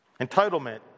Entitlement